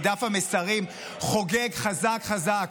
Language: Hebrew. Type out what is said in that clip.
כי דף המסרים חוגג חזק חזק,